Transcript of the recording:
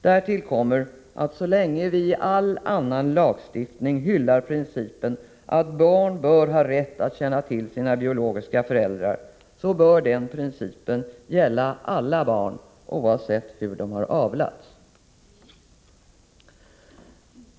Därtill kommer att så länge vi i all annan lagstiftning hyllar principen att barn bör ha rätt att känna till sina biologiska föräldrar bör den principen gälla alla barn, oavsett hur de har avlats.